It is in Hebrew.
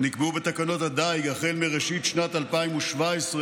נקבעו בתקנות הדיג, החל מראשית שנת 2017,